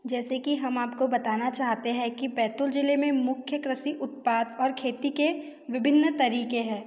जैसे कि हम आपको बताना चाहते हैं कि बैतूल ज़िले में मुख्य कृषि उत्पात और खेती के विभिन्न तरीक़े हैं